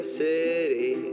city